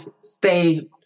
stay